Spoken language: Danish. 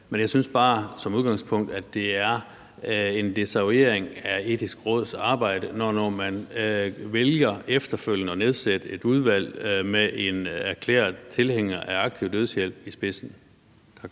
Jeg synes bare som udgangspunkt, at det er en desavouering af Det Etiske Råds arbejde, når man efterfølgende vælger at nedsætte et udvalg med en erklæret tilhænger af aktiv dødshjælp i spidsen.